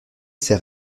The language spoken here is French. ses